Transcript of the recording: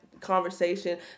conversation